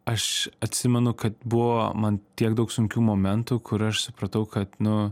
aš atsimenu kad buvo man tiek daug sunkių momentų kur aš supratau kad nu